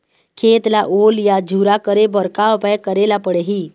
खेत ला ओल या झुरा करे बर का उपाय करेला पड़ही?